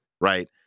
right